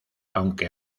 aunque